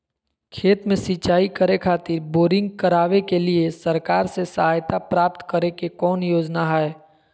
खेत में सिंचाई करे खातिर बोरिंग करावे के लिए सरकार से सहायता प्राप्त करें के कौन योजना हय?